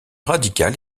radical